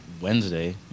Wednesday